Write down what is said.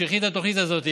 שהכין את התוכנית הזאת,